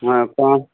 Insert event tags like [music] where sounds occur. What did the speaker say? [unintelligible]